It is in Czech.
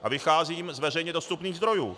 A vycházím z veřejně dostupných zdrojů.